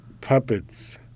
puppets